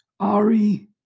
Ari